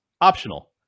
optional